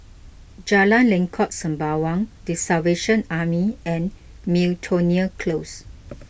Jalan Lengkok Sembawang the Salvation Army and Miltonia Close